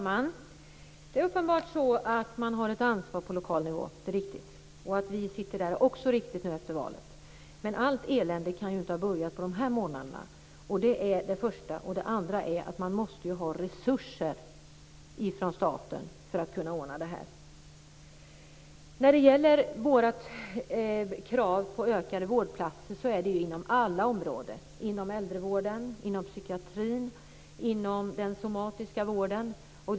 Herr talman! Det är riktigt att man har ett ansvar på lokal nivå, och att vi efter valet har ansvar där är också riktigt. Men allt elände kan ju inte ha börjat under de senaste månaderna. Det är det första. Det andra är att man måste få resurser från staten för att kunna lösa problemen. Våra krav på ökat antal vårdplatser gäller alla områden: inom äldrevården, psykiatrin och den somatiska vården.